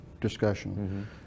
discussion